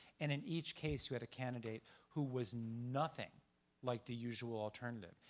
and in each case you had a candidate who was nothing like the usual alternative.